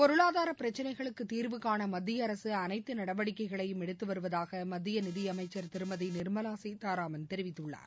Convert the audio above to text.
பொருளாதாரப் பிரச்சினைகளுக்குத் தீர்வுகான மத்திய அரசு அனைத்து நடவடிக்கைகளையும் எடுத்து வருவதாக மத்திய நிதியமைச்சர் திருமதி நிர்மலா சீதாராமன் தெரிவித்துள்ளார்